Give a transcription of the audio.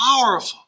powerful